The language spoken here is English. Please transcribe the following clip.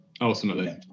ultimately